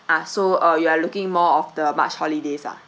ah so uh you are looking more of the march holidays ah